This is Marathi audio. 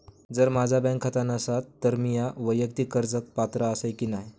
जर माझा बँक खाता नसात तर मीया वैयक्तिक कर्जाक पात्र आसय की नाय?